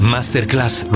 Masterclass